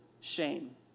shame